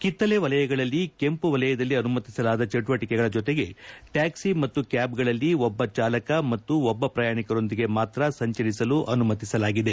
ಕಿತ್ತಳೆ ವಲಯಗಳಲ್ಲಿ ಕೆಂಪು ವಲಯದಲ್ಲಿ ಅನುಮತಿಸಲಾದ ಚಟುವಟಿಕೆಗಳ ಜೊತೆಗೆ ಟ್ಯಾಕ್ಲಿ ಮತ್ತು ಕ್ಯಾಬ್ ಗಳಲ್ಲಿ ಒಬ್ಬ ಚಾಲಕ ಮತ್ತು ಒಬ್ಬ ಪ್ರಯಾಣಿಕರೊಂದಿಗೆ ಮಾತ್ರ ಸಂಚರಿಸಲು ಅನುಮತಿಸಲಾಗಿದೆ